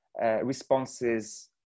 responses